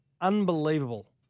unbelievable